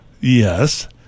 yes